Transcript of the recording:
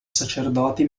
sacerdoti